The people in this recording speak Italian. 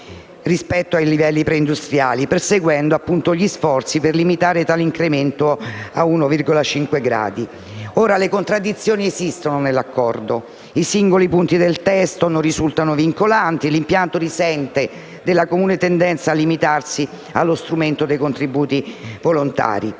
rispetto ai livelli preindustriali, perseguendo gli sforzi per limitare tale incremento a 1,5 gradi. Le contraddizioni esistono nell'Accordo: i singoli punti del testo non risultano vincolanti e l'impianto risente della comune tendenza a limitarsi allo strumento dei contributi volontari.